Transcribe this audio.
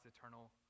eternal